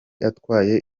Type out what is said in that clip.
atwaye